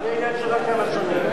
זה עניין שייקח כמה שנים.